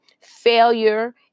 failure